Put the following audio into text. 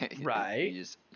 right